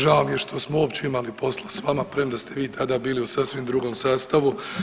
Žao mi je što smo uopće imali posla sa vama, premda ste vi tada bili u sasvim drugom sastavu.